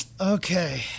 okay